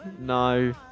no